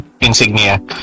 insignia